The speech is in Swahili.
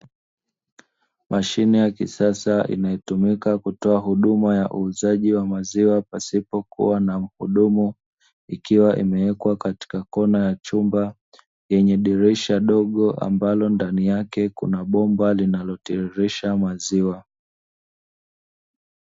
Mashine ya kisasa inayotumika kutoa huduma ya uuzaji wa maziwa pasipo kuwa na mhudumu, ikiwa imewekwa katika kona ya chumba yenye dirisha dogo, ambalo ndani yake kuna bomba linalotirisisha maziwa.